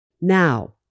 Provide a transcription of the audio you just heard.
Now